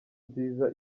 nziza